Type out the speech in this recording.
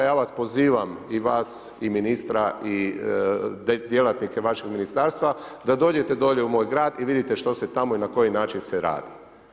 Ja vas pozivam i vas i ministra i djelatnike vašeg ministarstva, da dođete dolje u moj grad i vidite što se tamo i na koji način se radi.